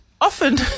often